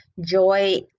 joy